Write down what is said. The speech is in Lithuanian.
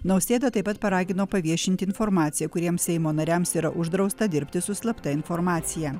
nausėda taip pat paragino paviešinti informaciją kuriems seimo nariams yra uždrausta dirbti su slapta informacija